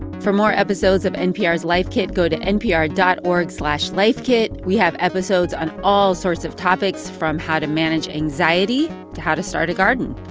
for more episodes of npr's life kit, go to npr dot org slash lifekit. we have episodes on all sorts of topics from how to manage anxiety to how to start a garden.